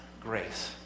grace